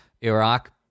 Iraq